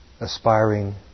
aspiring